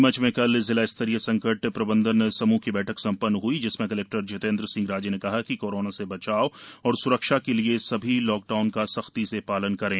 नीमच में कल जिला स्तरीय संकट प्रबंधन समूह की बैठक संपन्न हुई जिसमें कलेक्टर जितेंद्र सिंह राजे ने कहा कि कोरोना से बचाव व स्रक्षा के लिए सभी लॉकडाउन का सख्ती से पालन करें